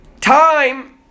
time